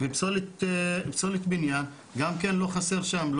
ופסולת בניין גם כן לא חסר שם.